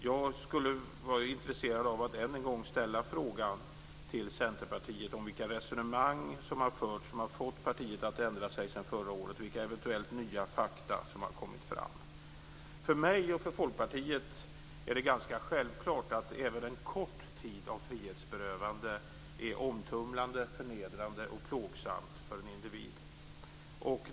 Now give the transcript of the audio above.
Jag är än en gång intresserad av att fråga Centerpartiet vilka resonemang som har förts som fått partiet att ändra sig sedan förra året och vilka eventuella nya fakta som har kommit fram. För mig och för Folkpartiet är det ganska självklart att även en kort tid av frihetsberövande är såväl omtumlande och förnedrande som plågsamt för en individ.